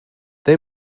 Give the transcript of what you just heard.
they